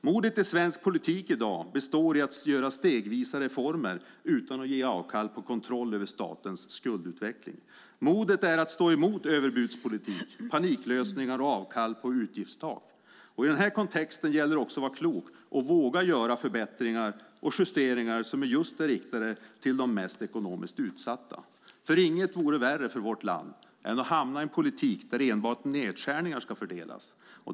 Modet i svensk politik i dag består i att göra stegvisa reformer utan att ge avkall på kontroll över statens skuldutveckling. Modet är att stå emot överbudspolitik, paniklösningar och avkall på utgiftstak. I denna kontext gäller det också att vara klok och våga göra förbättringar och justeringar som just är riktade till de mest ekonomiskt utsatta. För inget vore värre för vårt land än att hamna i en politik där enbart nedskärningar ska fördelas.